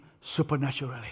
supernaturally